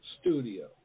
studio